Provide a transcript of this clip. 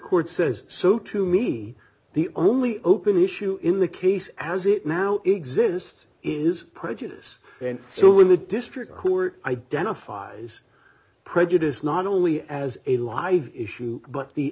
court says so to me the only open issue in the case as it now exists is prejudice and so would the district who are identifies prejudice not only as a live issue but the